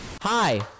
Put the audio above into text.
Hi